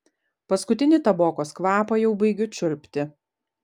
paskutinį tabokos kvapą jau baigiu čiulpti